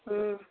ಹ್ಞೂ